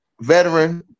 veteran